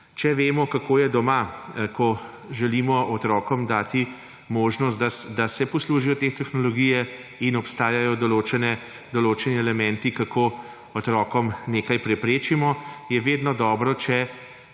Če vemo, kako je doma, ko želimo otrokom dati možnost, da se poslužijo te tehnologije in obstajajo določeni elementi, kako otrokom nekaj preprečimo, je vedno dobro, če